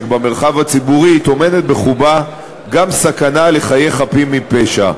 במרחב הציבורי טומנת בחובה גם סכנה לחיי חפים מפשע,